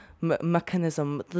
mechanism